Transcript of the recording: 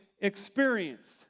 experienced